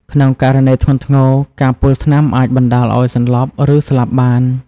ក្នុងករណីធ្ងន់ធ្ងរ ការពុលថ្នាំអាចបណ្ដាលឱ្យសន្លប់ ឬស្លាប់បាន។